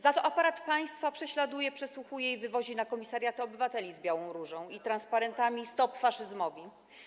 Za to aparat państwa prześladuje, przesłuchuje i wywozi na komisariat obywateli z białą różą i transparentami „Stop faszyzmowi”